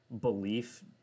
belief